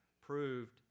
proved